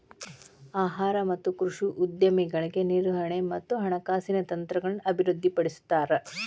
ಆಹಾರ ಮತ್ತ ಕೃಷಿ ಉದ್ಯಮಗಳಿಗೆ ನಿರ್ವಹಣೆ ಮತ್ತ ಹಣಕಾಸಿನ ತಂತ್ರಗಳನ್ನ ಅಭಿವೃದ್ಧಿಪಡಿಸ್ತಾರ